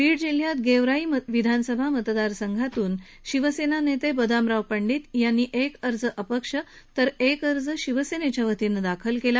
बीड जिल्ह्यात गेवराई विधानसभा मतदार संघातून शिवसेना नेते बदामराव पंडित यांनी एक अर्ज अपक्ष तर एक अर्ज शिवसेनेच्या वतीनं दाखल केला